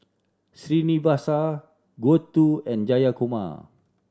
Srinivasa Gouthu and Jayakumar